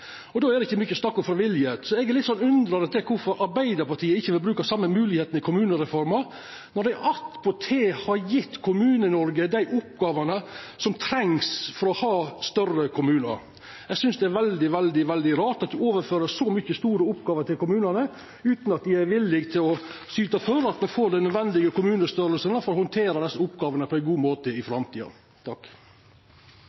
reformer. Då er det ikkje mykje snakk om frivilligheit. Så eg er litt undrande til kvifor Arbeidarpartiet ikkje vil bruka same moglegheit i kommunereforma når dei attpåtil har gjeve Kommune-Noreg oppgåver som ein treng større kommunar for å klara. Eg synest det er veldig, veldig rart at det vert overført så mykje store oppgåver til kommunane utan at ein er villig til å syta for at me får den nødvendige kommunestørrelsen for å handtera desse oppgåvene på ein god måte i